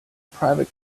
private